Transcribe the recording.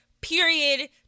period